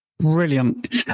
Brilliant